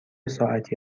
ساعتی